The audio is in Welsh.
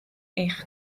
eich